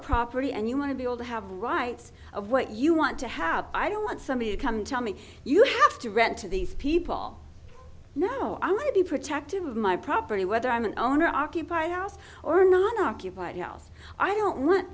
property and you want to be able to have rights of what you want to have i don't want somebody to come tell me you have to rent to these people no i want to be protective of my property whether i'm an owner occupied house or non occupied house i don't want